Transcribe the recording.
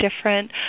different